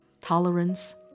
tolerance